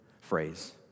phrase